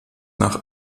nach